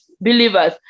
believers